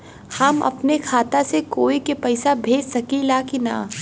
हम अपने खाता से कोई के पैसा भेज सकी ला की ना?